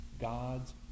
God's